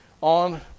on